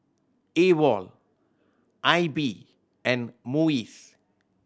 aWOL I B and MUIS